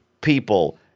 people